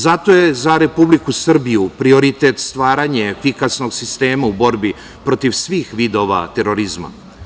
Zato je za Republiku Srbiju prioritet stvaranje efikasnog sistema u borbi protiv svih vidova terorizma.